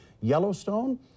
Yellowstone